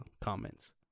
comments